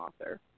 author